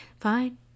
fine